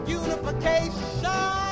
unification